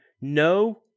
no